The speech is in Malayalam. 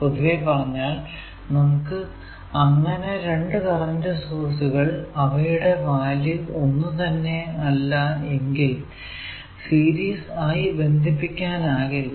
പൊതുവെ പറഞ്ഞാൽ നമുക്ക് അങ്ങനെ രണ്ടു കറന്റ് സോഴ്സുകൾ അവയുടെ വാല്യൂ ഒന്നുതന്നെ അല്ല എങ്കിൽ സീരീസ് ആയി ബന്ധിപ്പിക്കാനാകില്ല